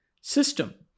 system